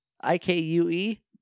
I-K-U-E